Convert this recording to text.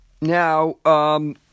Now –